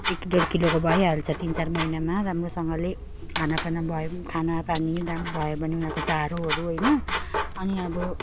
एक डेढ किलोको भइहाल्छ तिन चार महिनामा राम्रोसँगले खानापिना भयो खाना पानी दाम भयो भने उनीहरूको चारोहरू होिन अनि अब